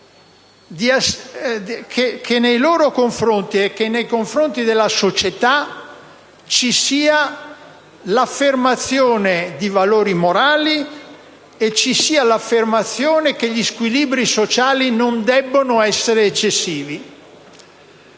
che, nei loro confronti e nei confronti della società, ci sia l'affermazione di valori morali e ci sia l'affermazione che gli squilibri sociali non debbono essere eccessivi.